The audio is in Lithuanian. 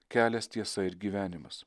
kelias tiesa ir gyvenimas